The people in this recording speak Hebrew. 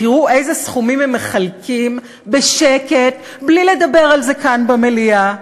תראו איזה סכומים הם מחלקים בשקט בלי לדבר על זה כאן במליאה,